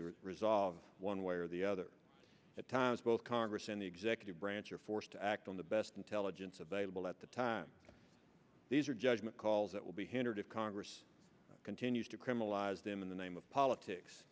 or resolve one way or the other at times both congress and the executive branch were forced to act on the best intelligence available at the time these are judgment calls that will be hindered if congress continues to criminalize them in the name of politics